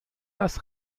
das